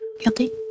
Guilty